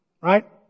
Right